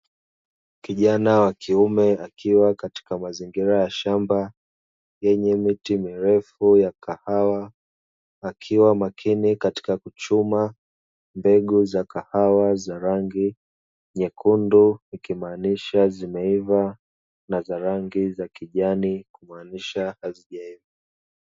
Kijana wa kiume akiwa katika mazingira ya shamba yenye miti mirefu ya kahawa, akiwa makini katika kuchuma mbegu za kahawa za rangi nyekundu, ikimaanisha zimeiva na za rangi ya kijani kumaanisha hazijaiva.